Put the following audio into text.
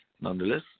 nonetheless